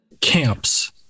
camps